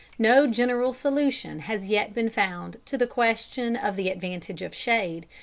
no general solution has yet been found to the question of the advantage of shade,